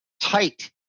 tight